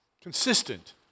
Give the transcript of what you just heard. consistent